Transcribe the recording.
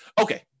Okay